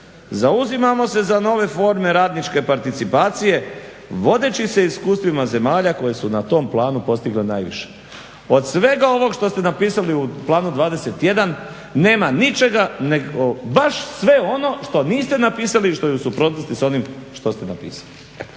rad, zauzimamo se za nove forme radničke participacije, vodeći se iskustvima zemalja koje su na tom planu postigle najviše." Od svega ovog što ste napisali u Planu 21 nema ničega nego baš sve ono što niste napisali i što je u suprotnosti s onim što ste napisali,